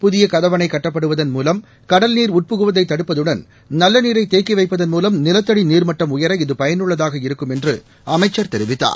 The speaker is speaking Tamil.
புதிய கதவணை கட்டப்படுவதன் மூலம் கடல்நீர் உட்புகுவதை தடுப்பதுடன் நல்ல நீரை தேக்கி வைப்பதன் மூலம் நிலத்தடி நீர்மட்டம் உயர இது பயனுள்ளதாக இருக்கும் என்று அமைச்சர் தெரிவித்தார்